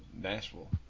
Nashville